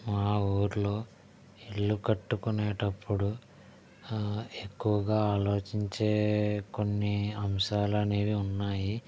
మా ఊళ్ళో ఇల్లు కట్టుకునేటప్పుడు ఎక్కువగా ఆలోచించే కొన్ని అంశాలనేవి ఉన్నాయి